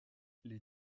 les